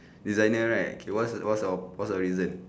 designer right K what's a what's of what's your reason